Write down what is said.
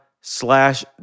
slash